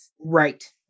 right